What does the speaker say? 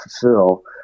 fulfill